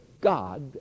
God